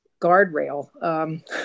guardrail